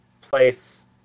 place